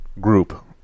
group